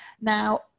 Now